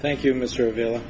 thank you mr avil